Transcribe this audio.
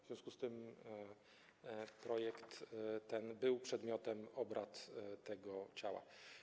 W związku z tym projekt ten był przedmiotem obrad tego ciała.